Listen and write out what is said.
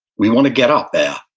we want to get up there.